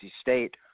State